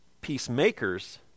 Peacemakers